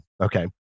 Okay